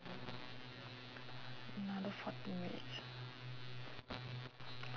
another fourteen minutes